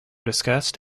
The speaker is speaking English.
discussed